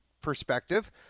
perspective